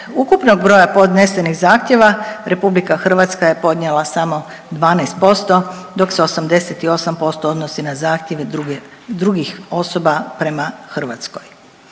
ukupnog broja podnesenih zahtjeva, RH je podnijela samo 12%, dok se 88% odnosi na zahtjeve drugih osoba prema Hrvatskoj.